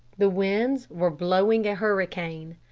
the winds were blowing a hurricane.